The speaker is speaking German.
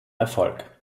erfolg